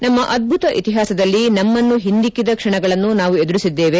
ನಮ್ನ ಅದ್ದುತ ಇತಿಹಾಸದಲ್ಲಿ ನಮ್ನನ್ನು ಹಿಂದಿಕ್ಕಿದ ಕ್ಷಣಗಳನ್ನು ನಾವು ಎದುರಿಸಿದ್ದೇವೆ